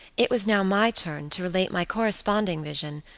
it was now my turn to relate my corresponding vision,